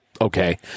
okay